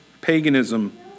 paganism